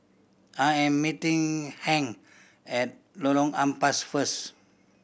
I am meeting Hank at Lorong Ampas first